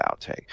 outtake